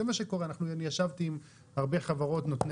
זה מה שקורה ואני ישבתי עם הרבה חברות נותני